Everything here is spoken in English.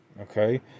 okay